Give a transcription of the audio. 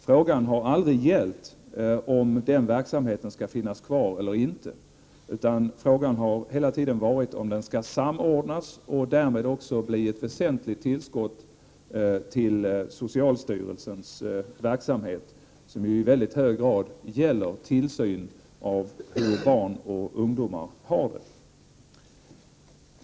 Frågan har aldrig gällt om den verksamheten skall finnas kvar eller inte, utan frågan har hela tiden varit om den skall samordnas med socialstyrelsens verksamhet och därmed också bli ett väsentligt tillskott till den, som ju i mycket hög grad gäller tillsyn av hur barn och ungdomar har det.